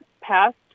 passed